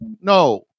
No